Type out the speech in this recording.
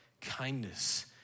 kindness